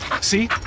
See